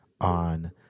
on